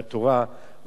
מהתורה,